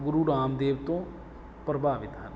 ਗੁਰੂ ਰਾਮਦੇਵ ਤੋਂ ਪ੍ਰਭਾਵਿਤ ਹਨ